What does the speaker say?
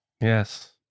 Yes